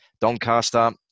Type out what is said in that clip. Doncaster